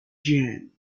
jeanne